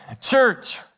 church